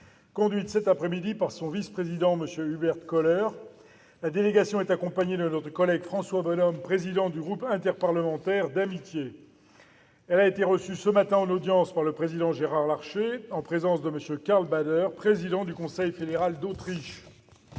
conduite cet après-midi par son vice-président, M. Hubert Koller. La délégation est accompagnée par notre collègue François Bonhomme, président du groupe interparlementaire d'amitié. Elle a été reçue ce matin en audience par le président Gérard Larcher, en présence de M. Karl Bader, président du Conseil fédéral d'Autriche.